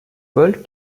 paul